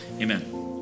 Amen